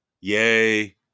yay